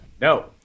No